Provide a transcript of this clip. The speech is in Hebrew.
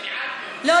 זה מעט מאוד.